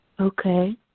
Okay